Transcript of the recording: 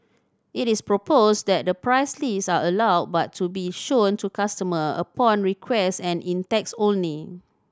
it is proposed that the price lists are allowed but to be shown to customer upon requests and in texts only